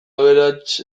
aberats